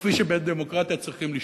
כפי שבדמוקרטיה צריכים לשאול.